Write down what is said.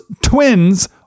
twins